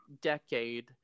decade